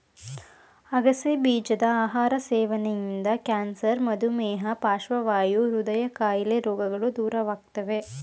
ಅಗಸೆ ಬೀಜದ ಆಹಾರ ಸೇವನೆಯಿಂದ ಕ್ಯಾನ್ಸರ್, ಮಧುಮೇಹ, ಪಾರ್ಶ್ವವಾಯು, ಹೃದಯ ಕಾಯಿಲೆ ರೋಗಗಳು ದೂರವಾಗುತ್ತವೆ